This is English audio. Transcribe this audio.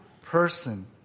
person